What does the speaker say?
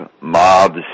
mobs